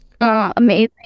Amazing